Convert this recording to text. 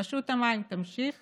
רשות המים תמשיך